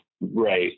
right